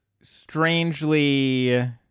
strangely